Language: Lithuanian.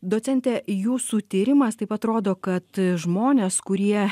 docente jūsų tyrimas taip pat rodo kad žmonės kurie